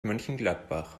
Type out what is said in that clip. mönchengladbach